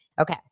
Okay